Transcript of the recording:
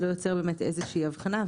לא יוצר באמת איזושהי הבחנה,